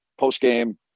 postgame